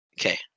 Okay